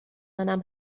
منم